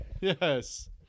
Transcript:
yes